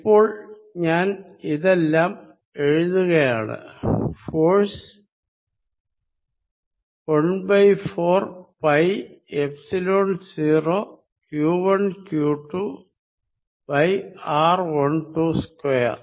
ഇപ്പോൾ ഞാൻ ഇതെല്ലാം എഴുതുകയാണ് ഫോഴ്സ് 14പൈ എപ്സിലോൺ 0 q1q2 r122